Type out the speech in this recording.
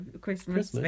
Christmas